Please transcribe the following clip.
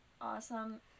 awesome